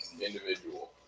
individual